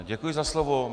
Děkuji za slovo.